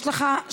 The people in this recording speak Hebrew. כמה זמן יש לו?